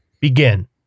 begin